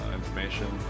information